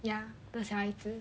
ya 的小孩子